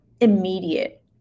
immediate